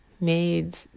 made